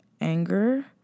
anger